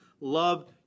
love